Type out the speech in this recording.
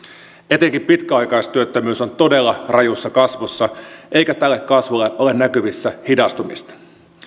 etenkin pitkäaikaistyöttömyys on todella rajussa kasvussa eikä tälle kasvulle ole näkyvissä hidastumista